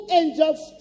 angels